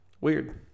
Weird